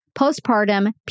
postpartum